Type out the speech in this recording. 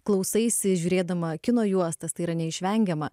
klausaisi žiūrėdama kino juostas tai yra neišvengiama